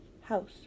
house